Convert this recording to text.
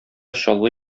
чаллы